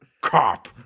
cop